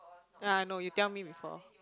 yea I know you tell me before